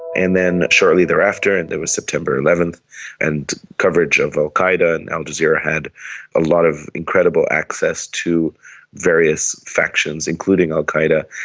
and then shortly thereafter there was september eleven and coverage of al qaeda, and al jazeera had a lot of incredible access to various factions, including al qaeda,